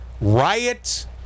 riots